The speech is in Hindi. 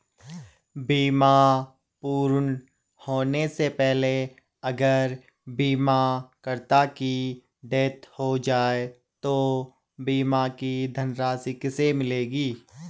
बीमा पूर्ण होने से पहले अगर बीमा करता की डेथ हो जाए तो बीमा की धनराशि किसे मिलेगी?